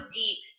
deep